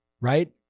right